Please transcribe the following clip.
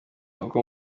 uko